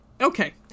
okay